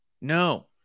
No